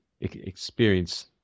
experience